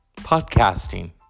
Podcasting